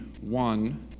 one